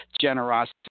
generosity